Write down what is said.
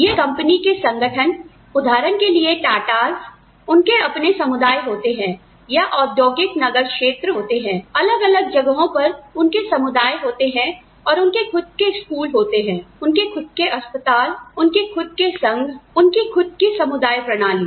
यह कंपनियों के संगठन उदाहरण के लिए Tatas उनके अपने समुदाय होते हैं या औद्योगिक नगर क्षेत्र होती हैं अलग अलग जगह पर उनके समुदाय होते हैं और उनके खुद के स्कूल होते हैं उनके खुद के अस्पताल उनके खुद के संघ उनका खुद का समुदाय प्रणाली